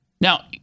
Now